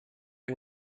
jej